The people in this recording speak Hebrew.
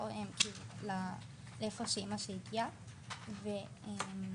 לחזור לאיפה שאמא שלי הגיעה ממנו,